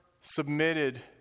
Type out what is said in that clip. submitted